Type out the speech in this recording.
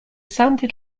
sounded